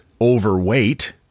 overweight